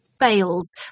fails